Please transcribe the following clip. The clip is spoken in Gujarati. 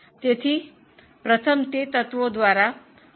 તેથી પ્રથમ તત્વો દ્વારા વર્ગીકૃત કરવામાં આવે છે